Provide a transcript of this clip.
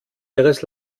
ihres